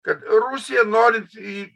kad rusija norint į